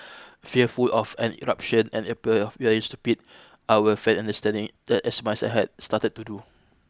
fearful of an eruption and stupid I would feign understanding that as my son had started to do